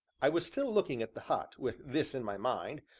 i was still looking at the hut, with this in my mind,